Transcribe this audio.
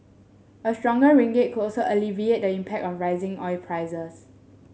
a stronger ringgit could also alleviate the impact of rising oil prices